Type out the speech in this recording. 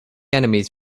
enemies